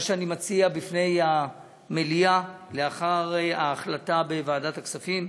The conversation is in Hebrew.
מה שאני מציע בפני המליאה לאחר ההחלטה בוועדת הכספים,